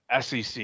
SEC